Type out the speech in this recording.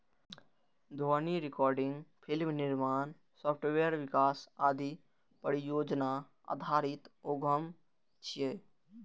ध्वनि recording, film निर्माण, software विकास आदि परियोजना आधारित उद्यम छियै